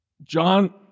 John